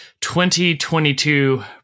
2022